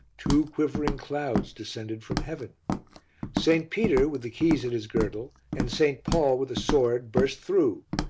two quivering clouds descended from heaven st. peter, with the keys at his girdle, and st. paul, with a sword, burst through.